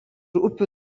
upių